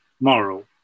moral